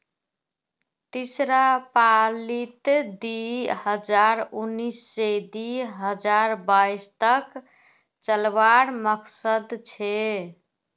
तीसरा पालीत दी हजार उन्नीस से दी हजार बाईस तक चलावार मकसद छे